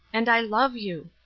and i love you.